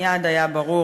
מייד היה ברור